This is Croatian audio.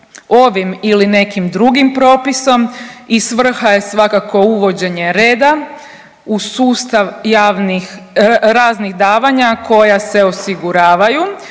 ovim ili nekim drugim propisom i svrha je svakako uvođenje reda u sustav javnih, raznih davanja koja se osiguravaju